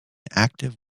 active